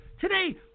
Today